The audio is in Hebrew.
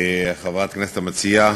חברת הכנסת המציעה,